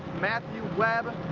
matthew webb,